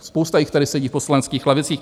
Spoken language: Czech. Spousta jich tady sedí v poslaneckých lavicích.